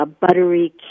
buttery